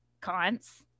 Cons